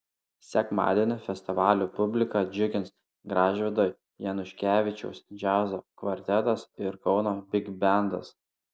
sekmadienį festivalio publiką džiugins gražvydo januškevičiaus džiazo kvartetas ir kauno bigbendas